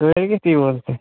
کٲلۍکٮ۪تھ ییٖوٕ حظ تُہۍ